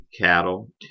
cattle